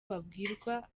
babwirwa